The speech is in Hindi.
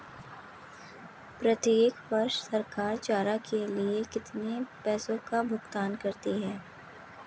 प्रत्येक वर्ष सरकार चारा के लिए कितने पैसों का भुगतान करती है?